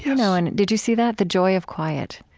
you know and did you see that? the joy of quiet.